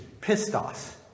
pistos